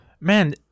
Man